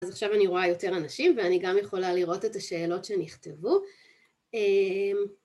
אז עכשיו אני רואה יותר אנשים, ואני גם יכולה לראות את השאלות שנכתבו,